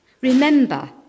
Remember